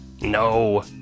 No